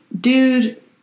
dude